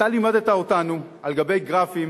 אתה לימדת אותנו על גבי גרפים